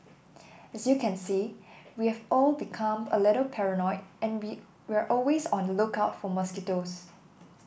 as you can see we have all become a little paranoid and we we're always on the lookout for mosquitoes